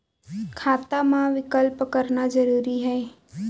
खाता मा विकल्प करना जरूरी है?